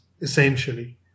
essentially